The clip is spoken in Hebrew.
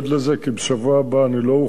כי בשבוע הבא אני לא אוכל,